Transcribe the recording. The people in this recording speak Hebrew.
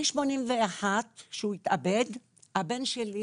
מ-81', כשהוא התאבד, הבן שלי